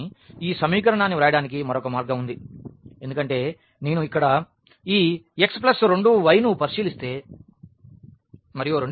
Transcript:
కానీ ఈ సమీకరణాన్ని వ్రాయడానికి మరొక మార్గం ఉంది ఎందుకంటే నేను ఇక్కడ ఈ x 2 y నుపరిశీలిస్తే ఈ రెండవ సమీకరణం x y